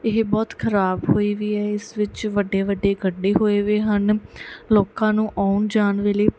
ਇਹ ਬਹੁਤ ਖਰਾਬ ਹੋਈ ਵੀ ਹੈ ਇਸ ਵਿੱਚ ਵੱਡੇ ਵੱਡੇ ਖੱਡੇ ਹੋਏ ਹੋਏ ਹਨ ਲੋਕਾਂ ਨੂੰ ਆਉਣ ਜਾਣ ਵੇਲੇ